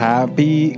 Happy